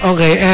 Okay